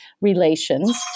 relations